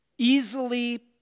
easily